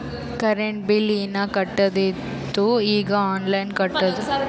current bill ಹೀನಾ ಕಟ್ಟದು ಇತ್ತು ಈಗ ಆನ್ಲೈನ್ಲೆ ಕಟ್ಟುದ